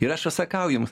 ir aš va sakau jums